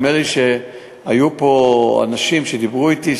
נדמה לי שהיו פה אנשים שדיברו אתי,